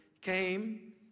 came